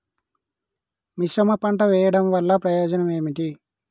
మిశ్రమ పంట వెయ్యడం వల్ల ప్రయోజనం ఏమిటి?